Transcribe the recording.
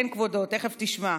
כן, כבודו, תכף תשמע.